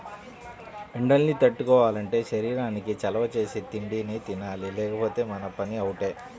ఎండల్ని తట్టుకోవాలంటే శరీరానికి చలవ చేసే తిండినే తినాలి లేకపోతే మన పని అవుటే